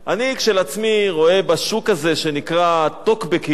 אני כשלעצמי רואה בשוק הזה שנקרא "טוקבקים"